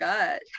God